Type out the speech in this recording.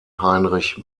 heinrich